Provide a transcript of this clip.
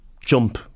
jump